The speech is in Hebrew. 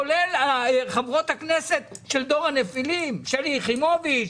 כולל חברות הכנסת של דור הנפילים כמו שלי יחימוביץ',